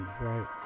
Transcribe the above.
right